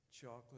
Chocolate